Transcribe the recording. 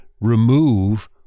remove